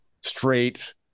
straight